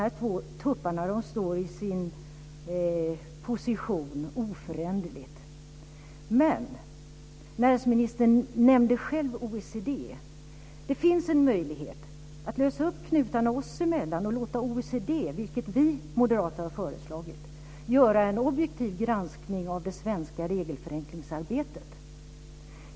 Dessa två tuppar står i sin position, oföränderligt. Näringsministern nämnde själv OECD. Det finns en möjlighet att lösa upp knutarna oss emellan och låta OECD, vilket vi moderater har föreslagit, göra en objektiv granskning av det svenska regelförenklingsarbetet.